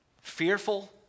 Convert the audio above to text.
fearful